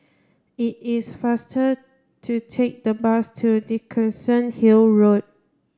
it is faster to take the bus to Dickenson Hill Road